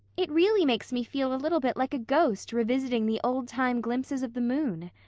it really makes me feel a little bit like a ghost revisiting the old time glimpses of the moon,